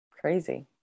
crazy